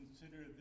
consider